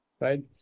right